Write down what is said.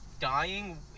dying